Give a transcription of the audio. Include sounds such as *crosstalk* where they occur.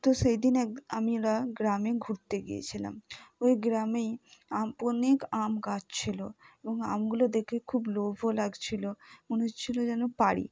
তো সেই দিন এক *unintelligible* গ্রামে ঘুরতে গিয়েছিলাম ওই গ্রামেই *unintelligible* অনেক আম গাছ ছিলো এবং আমগুলো দেখে খুব লোভও লাগছিলো মনে হচ্ছিলো যেন পাড়ি